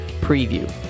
preview